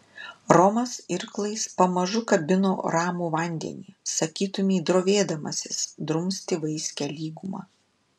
romas irklais pamažu kabino ramų vandenį sakytumei drovėdamasis drumsti vaiskią lygumą